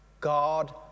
God